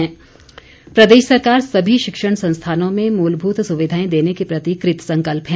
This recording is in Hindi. कंवर प्रदेश सरकार सभी शिक्षण संस्थानों में मूलभूत सुविधाएं देने के प्रति कृतसंकल्प हैं